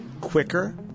Quicker